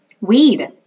weed